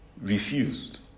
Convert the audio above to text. refused